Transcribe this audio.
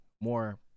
more